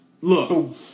look